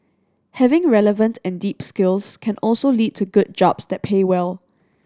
having relevant and deep skills can also lead to good jobs that pay well